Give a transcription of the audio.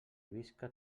visca